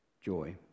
joy